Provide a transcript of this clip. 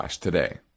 today